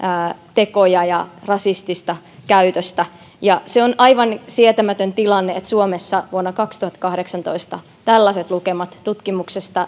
tekoja ja rasistista käytöstä ja se on aivan sietämätön tilanne että suomessa vuonna kaksituhattakahdeksantoista on tällaiset lukemat tutkimuksesta